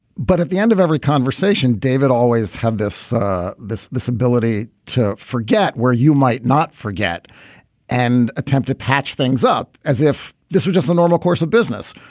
but at the end of every conversation, david always had this this ability to forget where you might not forget and attempt to patch things up as if this were just the normal course of business.